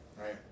right